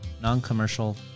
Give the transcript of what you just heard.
non-commercial